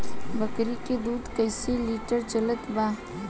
बकरी के दूध कइसे लिटर चलत बा?